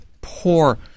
poor